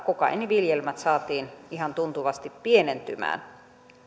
kokaiiniviljelmät saatiin ihan tuntuvasti pienentymään